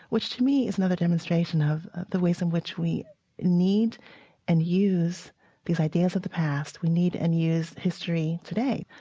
which to me is another demonstration of the ways in which we need and use these ideas of the past, we need and use history today.